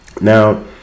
Now